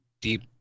deep